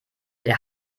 der